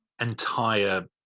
entire